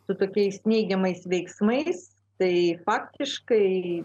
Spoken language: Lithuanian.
su tokiais neigiamais veiksmais tai faktiškai